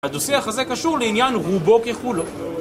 הדו-שיח הזה קשור לעניין רובו ככולו